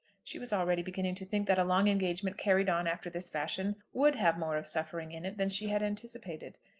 she was already beginning to think that a long engagement carried on after this fashion would have more of suffering in it than she had anticipated.